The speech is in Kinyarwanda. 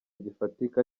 gifatika